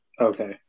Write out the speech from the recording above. Okay